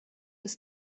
des